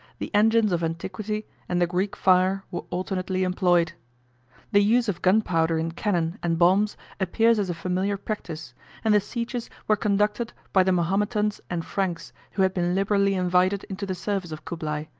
the engines of antiquity and the greek fire were alternately employed the use of gunpowder in cannon and bombs appears as a familiar practice and the sieges were conducted by the mahometans and franks, who had been liberally invited into the service of cublai.